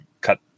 cut